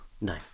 No